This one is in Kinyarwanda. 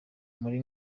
muri